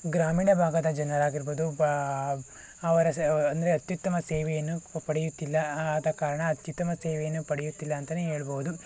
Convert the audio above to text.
ಗ್ರಾಮೀಣ ಭಾಗದ ಜನರಾಗಿರ್ಬೋದು ಬ ಅವರ ಸೇ ಅಂದರೆ ಅತ್ಯುತ್ತಮ ಸೇವೆಯನ್ನು ಪಡೆಯುತ್ತಿಲ್ಲ ಆದ ಕಾರಣ ಅತ್ಯುತ್ತಮ ಸೇವೆಯನ್ನು ಪಡೆಯುತ್ತಿಲ್ಲ ಅಂತಲೇ ಹೇಳ್ಬೋದು